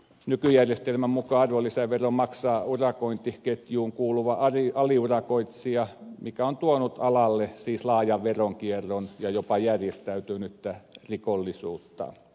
nykyjärjestelmän mukaan arvonlisäveron maksaa urakointiketjuun kuuluva aliurakoitsija mikä on tuonut alalle siis laajan veronkierron ja jopa järjestäytynyttä rikollisuutta